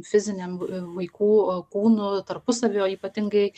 fiziniam vaikų kūnų tarpusavio ypatingai